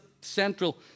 central